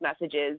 messages